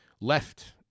left